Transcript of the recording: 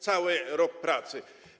Cały rok pracy.